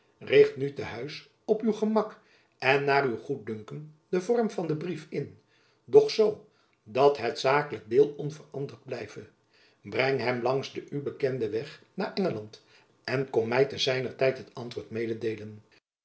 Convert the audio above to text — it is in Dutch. richt nu te huis op uw gemak en naar uw goeddunken den vorm van uw brief in doch zoo dat het zakelijk deel onveranderd blijve breng hem langs den u bekenden weg naar engeland en kom my te zijner tijd het antwoord mededeelen